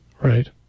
right